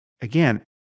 again